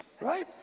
right